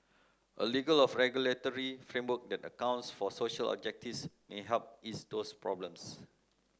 a legal of regulatory framework that accounts for social objectives may help ease those problems